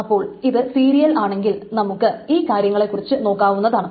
അപ്പോൾ ഇത് സീരിയൽ ആണെങ്കിൽ നമുക്ക് ഈ കാര്യങ്ങളെക്കുറിച്ച് നോക്കാവുന്നതാണ്